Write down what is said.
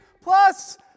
plus